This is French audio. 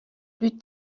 plus